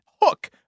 hook